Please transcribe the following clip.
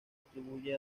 atribuye